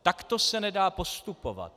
Takto se nedá postupovat.